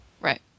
Right